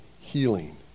healing